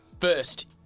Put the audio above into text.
First